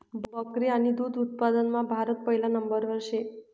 बकरी आणि दुध उत्पादनमा भारत पहिला नंबरवर शे